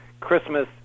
Christmas